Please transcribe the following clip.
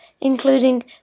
including